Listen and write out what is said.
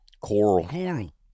Coral